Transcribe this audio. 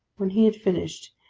when he had finished,